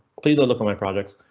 please look on my projects.